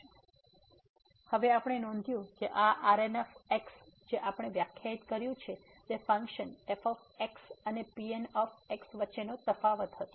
તેથી હવે આપણે નોંધ્યું છે કે આ Rn જે આપણે વ્યાખ્યાયિત કર્યું છે તે ફંક્શન f અને Pn વચ્ચેનો તફાવત હતો